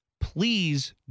Please